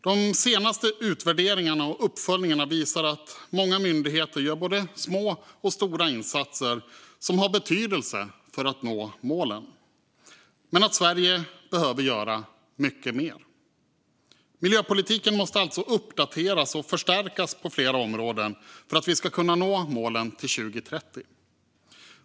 De senaste utvärderingarna och uppföljningarna visar att många myndigheter gör både små och stora insatser som har betydelse för att nå målen men att Sverige behöver göra mycket mer. Miljöpolitiken måste alltså uppdateras och förstärkas på flera områden för att vi ska kunna nå målen till 2030.